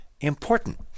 important